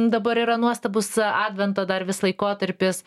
dabar yra nuostabus advento dar vis laikotarpis